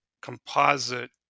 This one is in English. composite